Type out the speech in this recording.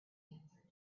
answered